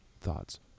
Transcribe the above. thoughts